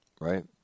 right